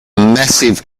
massive